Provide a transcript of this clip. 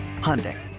Hyundai